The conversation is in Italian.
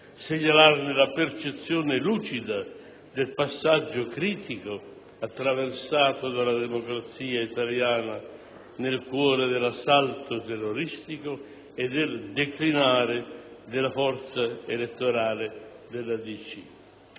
segnalarne la percezione lucida del passaggio critico attraversato dalla democrazia italiana nel cuore dell'assalto terroristico e del declinare della forza elettorale della DC.